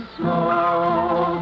small